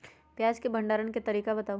प्याज के भंडारण के तरीका बताऊ?